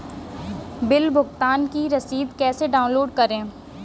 Bill भुगतान की रसीद कैसे डाउनलोड करें?